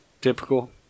Typical